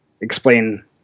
explain